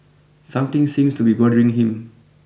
something seems to be bothering him